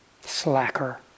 Slacker